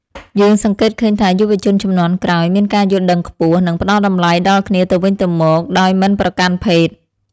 យើងសង្កេតឃើញថា យុវជនជំនាន់ក្រោយមានការយល់ដឹងខ្ពស់ និងផ្តល់តម្លៃដល់គ្នាទៅវិញទៅមកដោយមិនប្រកាន់ភេទ។